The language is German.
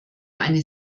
eine